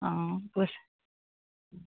অঁ